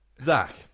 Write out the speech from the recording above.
Zach